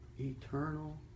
Eternal